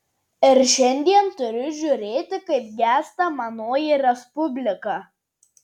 ir šiandien turiu žiūrėti kaip gęsta manoji respublika